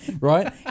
right